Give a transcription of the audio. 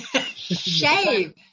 Shave